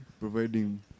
providing